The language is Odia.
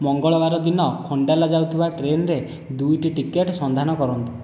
ମଙ୍ଗଳବାର ଦିନ ଖଣ୍ଡାଲା ଯାଉଥିବା ଟ୍ରେନ୍ରେ ଦୁଇଟି ଟିକେଟ୍ ସନ୍ଧାନ କରନ୍ତୁ